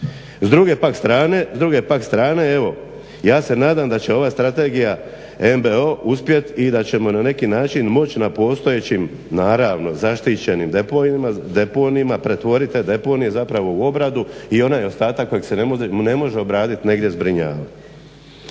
s druge pak strane evo, ja se nadam da će ova strategija MBO uspjeti i da ćemo na neki način moć na postojećim, naravno zaštićenim deponijima, pretvorite deponije zapravo u obradu i onaj ostatak kojeg se ne može obradit, negdje zbrinjava.